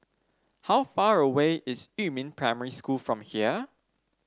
how far away is Yumin Primary School from here